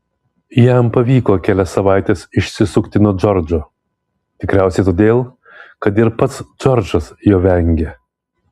jam pavyko kelias savaites išsisukti nuo džordžo tikriausiai todėl kad ir pats džordžas jo vengė